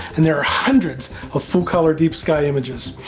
an there are hundreds of full color deep sky images.